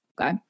Okay